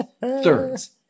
thirds